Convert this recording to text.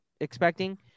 expecting